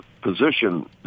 position